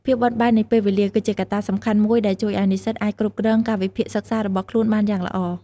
ភាពបត់បែននៃពេលវេលា គឺជាកត្តាសំខាន់មួយដែលជួយឲ្យនិស្សិតអាចគ្រប់គ្រងកាលវិភាគសិក្សារបស់ខ្លួនបានយ៉ាងល្អ។